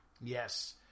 Yes